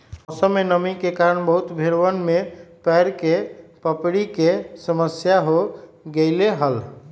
मौसमा में नमी के कारण बहुत भेड़वन में पैर के पपड़ी के समस्या हो गईले हल